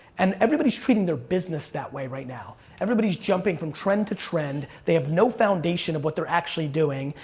and everybody's treating their business that way right now. everybody's jumping from trend to trend, they have no foundation of what they're actually doing,